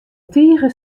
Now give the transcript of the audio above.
tige